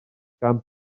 gan